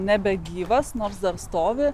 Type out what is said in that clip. nebegyvas nors dar stovi